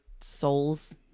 souls